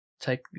take